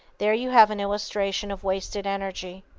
there you have an illustration of wasted energy.